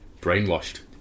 Brainwashed